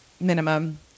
minimum